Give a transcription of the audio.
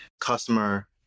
customer